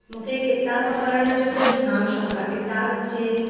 मूंखे किताब पढ़ण जो त झाम शौक़ु आहे किताब हुजे पेप